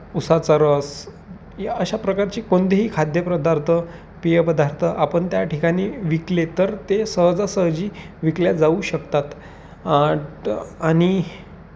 उसाचा रस या अशा प्रकारची कोणतेही खाद्यपदार्थ पेय पदार्थ आपण त्या ठिकाणी विकले तर ते सहजासहजी विकले जाऊ शकतात आणि